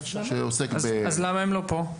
אז למה הם לא פה?